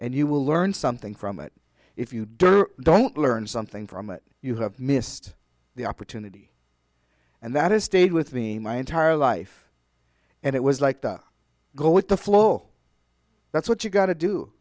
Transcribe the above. and you will learn something from it if you don't don't learn something from it you have missed the opportunity and that has stayed with me my entire life and it was like to go with the flow that's what you got to do